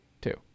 Two